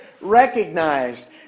recognized